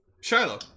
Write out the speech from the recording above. shiloh